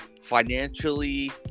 financially